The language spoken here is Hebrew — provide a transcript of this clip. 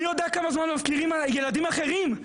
מי יודע כמה זמן מפקירים ילדים אחרים.